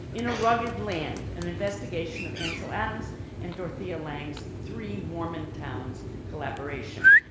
in a rugged land, an investigation of ansel adams and dorothea lang's three mormon towns collaboration,